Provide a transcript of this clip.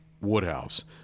Woodhouse